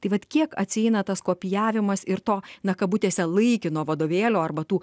tai vat kiek atsieina tas kopijavimas ir to na kabutėse laikino vadovėlio arba tų